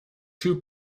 two